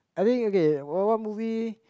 I think okay what what movie